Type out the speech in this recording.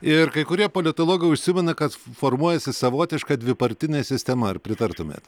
ir kai kurie politologai užsimena kad formuojasi savotiška dvipartinė sistema ar pritartumėt